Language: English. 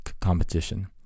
competition